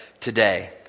today